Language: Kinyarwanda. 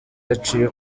haciye